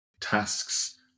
tasks